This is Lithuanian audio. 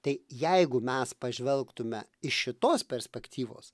tai jeigu mes pažvelgtume iš šitos perspektyvos